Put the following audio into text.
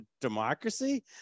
democracy